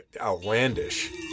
outlandish